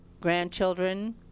grandchildren